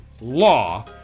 law